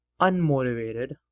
unmotivated